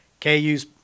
KU's